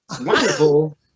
wonderful